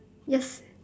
yes